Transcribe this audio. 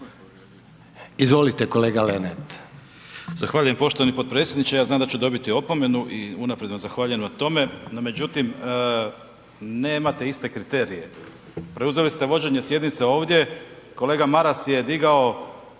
Izvolite kolega Pranić.